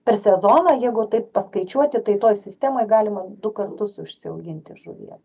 per sezoną jeigu taip paskaičiuoti tai toj sistemoj galima du kartus užsiauginti žuvies